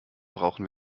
brauchen